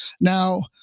Now